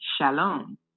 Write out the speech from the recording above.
Shalom